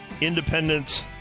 Independence